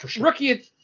rookie